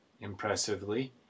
impressively